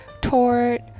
tort